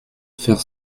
faire